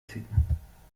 ticken